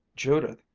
judith,